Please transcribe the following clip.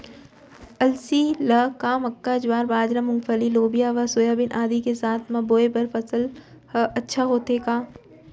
अलसी ल का मक्का, ज्वार, बाजरा, मूंगफली, लोबिया व सोयाबीन आदि के साथ म बोये बर सफल ह अच्छा होथे का?